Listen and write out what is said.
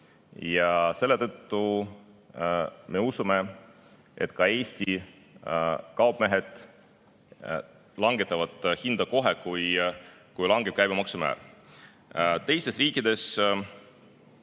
Selle tõttu me usume, et ka Eesti kaupmehed langetavad hinda kohe, kui langeb käibemaksumäär.